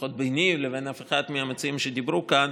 לפחות ביני לבין אף אחד מהמציעים שדיברו כאן,